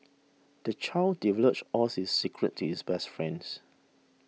the child divulged all his secrets to his best friends